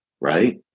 right